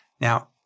Now